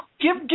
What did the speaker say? give